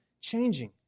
changing